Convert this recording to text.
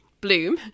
bloom